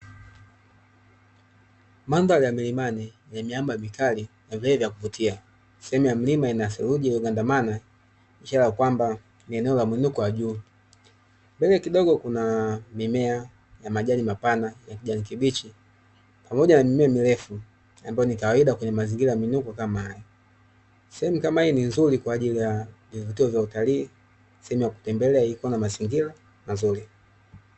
Mandhari ya milimani yenye miamba mikali na vilele vya kuvutia; sehemu ya mlima ina theluji iliyogandamana, ishara ya kwamba ni eneo la mwinuko wa juu. Mbele kidogo kuna mimea ya majani mapana ya kijani kibichi, pamoja na mimea mirefu ambayo ni kawaida kwenye mazingira ya miinuko kama haya. Sehemu kama hii ni nzuri, kwa ajili ya vituo vya utalii; sehemu ya kutembelea iko na mazingira mazuri.